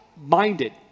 minded